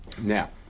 Now